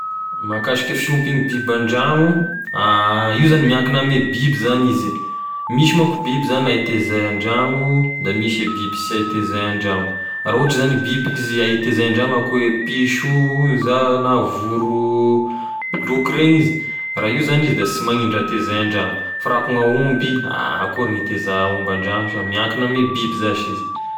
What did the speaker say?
Mahakasiky fiompiagny biby andragno io zany miankigny ame biby zany izy e misy manko biby zany hay tezay andragno, da misy e biby sy hay tezay andragno, raha ohatry zany e biby izy hay tezay andragno, akoa e piso io za na voro boloky regny izy raha io zany izy da sy magnino raha tezay andragno, fa raha akoa gn'aomby ha akory gn'iteza aomby an-dragno sha miankiny ame biby zash izy.